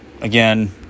again